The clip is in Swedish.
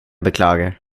beklagar